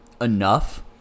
enough